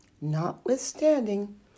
notwithstanding